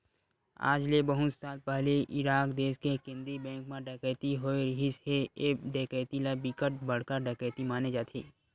आज ले बहुत साल पहिली इराक देस के केंद्रीय बेंक म डकैती होए रिहिस हे ए डकैती ल बिकट बड़का डकैती माने जाथे